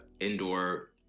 indoor